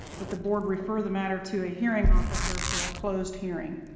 that the board refer the matter to a hearing officer for a closed hearing.